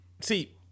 See